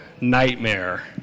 Nightmare